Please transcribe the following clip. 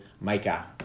Micah